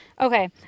Okay